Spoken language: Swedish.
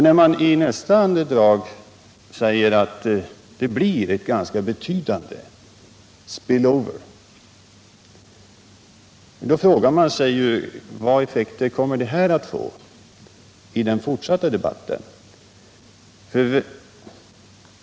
När man i nästa andetag säger att det blir en ganska betydande spill-over, så frågar man sig vilka effekter detta kommer att få i den fortsatta debatten.